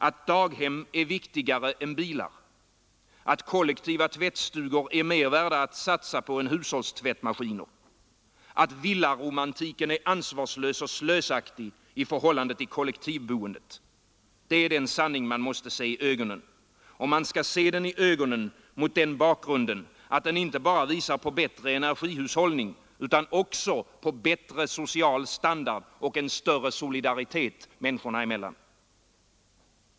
Att daghem är viktigare än bilar, att kollektiva tvättstugor är mer värda att satsa på än hushållstvättmaskiner, att villaromantiken är ansvarslös och slösaktig i förhållande till kollektivboendet — det är den sanning man måste se i ögonen. Och man skall se den i ögonen mot den bakgrunden att den inte bara visar på bättre energihushållning utan också på en bättre social standard och en större solidaritet människorna emellan.